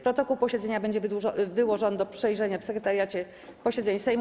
Protokół posiedzenia będzie wyłożony do przejrzenia w Sekretariacie Posiedzeń Sejmu.